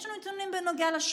יש לנו נתונים בנוגע לשוטרים.